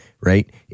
right